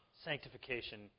sanctification